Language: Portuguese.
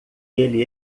ele